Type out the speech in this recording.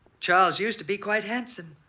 charles used to be quite handsome.